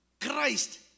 Christ